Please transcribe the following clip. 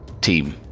Team